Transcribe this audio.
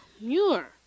Muir